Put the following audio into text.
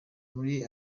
muri